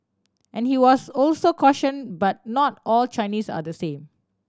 and he was also caution but not all Chinese are the same